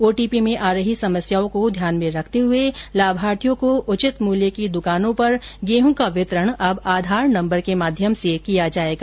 OTP में आ रहीं समस्याओं को ध्यान में रखते हुए लाभार्थियों को उचित मूल्य की दुकानों पर गेहूं का वितरण अब आधार नंबर के माध्यम से किया जाएगा